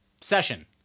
session